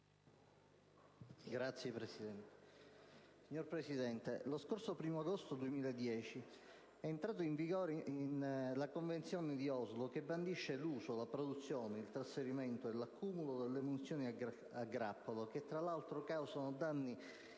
Signor Presidente, il 1° agosto 2010 è entrata in vigore la Convenzione di Oslo che bandisce l'uso, la produzione, il trasferimento e l'accumulo delle munizioni a grappolo, che causano danni